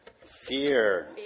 Fear